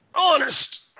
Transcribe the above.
honest